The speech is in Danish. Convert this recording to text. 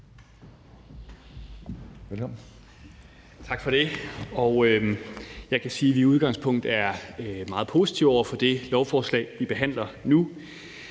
(DF): Tak for det. Jeg kan sige, at vi i udgangspunktet er meget positive over for det lovforslag, vi behandler nu.